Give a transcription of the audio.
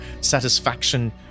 satisfaction